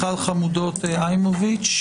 אבל גם חשוב לומר שבסיומו של הדיון הקודם גם הצגנו מספר